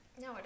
No